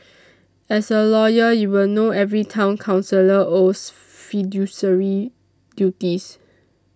as a lawyer you will know every Town Councillor owes fiduciary duties